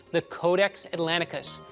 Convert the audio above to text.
the codex atlanticus,